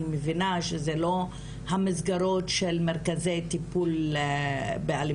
אני מבינה שזה לא המסגרות של מרכזי טיפול באלימות